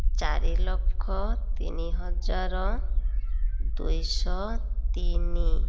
ଚାରିି ଲକ୍ଷ ତିନି ହଜାର ଦୁଇଶହ ତିନି